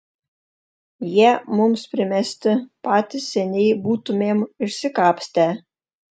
jie mums primesti patys seniai būtumėm išsikapstę